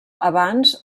abans